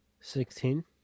Sixteen